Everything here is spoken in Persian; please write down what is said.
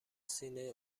سینه